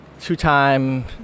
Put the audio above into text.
two-time